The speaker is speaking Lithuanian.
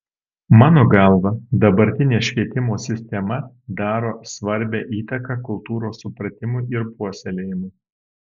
mano galva dabartinė švietimo sistema daro svarbią įtaką kultūros supratimui ir puoselėjimui